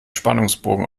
spannungsbogen